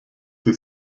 sie